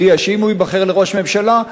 הודיע שאם הוא ייבחר לראשות הממשלה,